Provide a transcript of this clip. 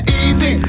easy